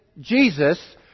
Jesus